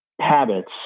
habits